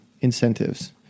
incentives